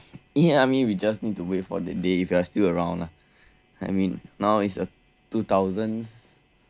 ya I mean we just need to wait for that day if you are still around lah I mean now is a two thousand